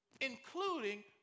Including